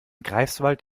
greifswald